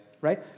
right